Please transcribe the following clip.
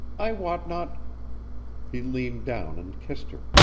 i wot not he leaned down and kissed her.